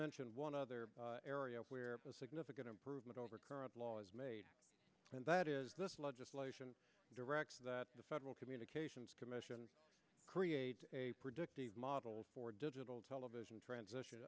mention one other area where a significant improvement over current law is made and that is this legislation directs that the federal communications commission create a predictive model for digital television transition